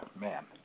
man